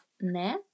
ne